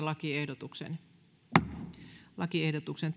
lakiehdotuksesta lakiehdotuksesta